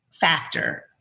factor